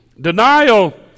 Denial